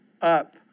up